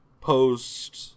post